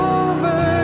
over